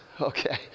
okay